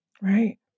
Right